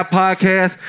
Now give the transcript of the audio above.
podcast